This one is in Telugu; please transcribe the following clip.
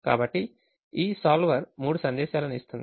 కాబట్టి ఈ సోల్వర్ మూడు సందేశాలను ఇస్తుంది